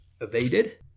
evaded